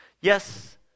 Yes